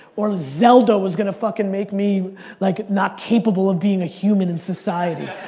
or zelda was gonna fucking make me like not capable of being a human in society.